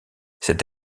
cette